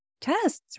tests